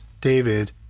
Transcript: David